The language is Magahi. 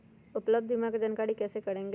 उपलब्ध बीमा के जानकारी कैसे करेगे?